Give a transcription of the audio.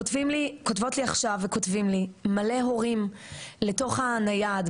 כותבים לי עכשיו מלא הורים לתוך הנייד,